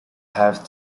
have